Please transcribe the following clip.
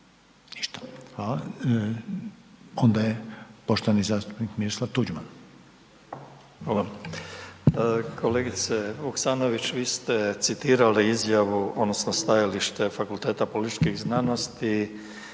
Tuđman. **Tuđman, Miroslav (HDZ)** Hvala. Kolegice Vuksanović, vi ste citirali izjavu odnosno stajalište fakulteta političkih znanosti